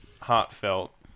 heartfelt